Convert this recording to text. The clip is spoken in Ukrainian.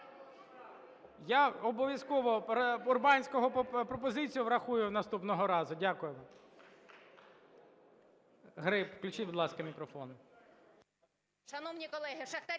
Я обов'язково Урбанського пропозицію врахую наступного разу. Дякую. Гриб включіть, будь ласка, мікрофон.